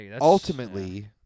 ultimately